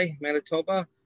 Manitoba